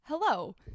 Hello